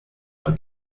are